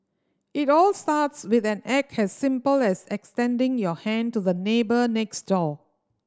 it all starts with an act as simple as extending your hand to the neighbour next door